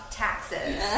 taxes